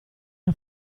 era